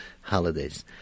holidays